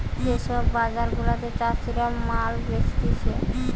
যে সব বাজার গুলাতে চাষীরা মাল বেচতিছে